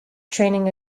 training